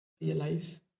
realize